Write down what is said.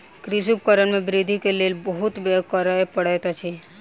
कृषि उपकरण में वृद्धि के लेल बहुत व्यय करअ पड़ैत अछि